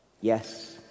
Yes